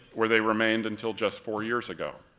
where they remained until just four years ago.